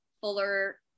fuller